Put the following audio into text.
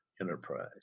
enterprise